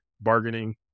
bargaining